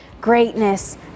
greatness